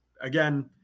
again